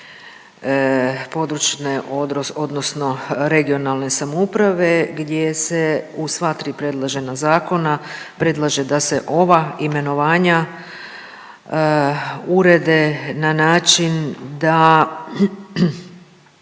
područne odnosno regionalne samouprave gdje se u sva tri predložena zakona predlaže da se ova imenovanja urede na način da